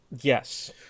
yes